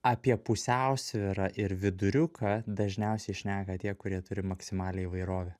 apie pusiausvyrą ir viduriuką dažniausiai šneka tie kurie turi maksimalią įvairovę